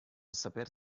saper